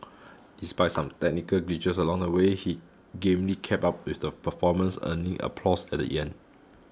despite some technical glitches along the way he gamely kept up with the performance earning applause at end